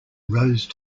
rose